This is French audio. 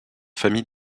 famille